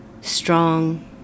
strong